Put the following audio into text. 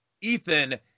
Ethan